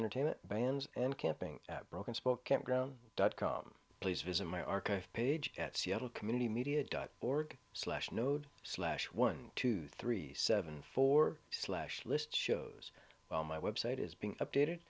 entertainment vans and camping at broken spoke campground dot com please visit my archive page at seattle community media dot org slash node slash one two three seven four slash list shows on my website is being updated